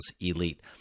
elite